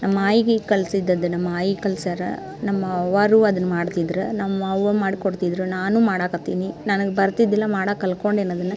ನಮ್ಮ ಆಯಿಗೆ ಕಲ್ಸಿದ್ದು ಅದನ್ನು ನಮ್ಮ ಆಯಿ ಕಲಿಸ್ಯಾರ ನಮ್ಮ ಅವ್ವಾರು ಅದನ್ನು ಮಾಡ್ತಿದ್ರು ನಮ್ಮ ಅವ್ವ ಮಾಡಿಕೊಡ್ತಿದ್ರು ನಾನು ಮಾಡಾಕತ್ತೀನಿ ನನಗೆ ಬರ್ತಿದ್ದಿಲ್ಲ ಮಾಡೋಕ್ ಕಲ್ಕೊಂಡೇನಿ ಅದನ್ನು